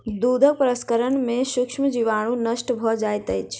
दूधक प्रसंस्करण में सूक्ष्म जीवाणु नष्ट भ जाइत अछि